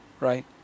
right